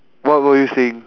what were you saying